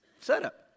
setup